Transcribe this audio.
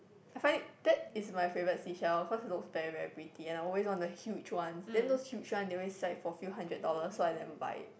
I find it that is my favourite seashell because it looks very very pretty and I always want a huge ones then those huge one they always sell it for few hundred dollars so I never buy it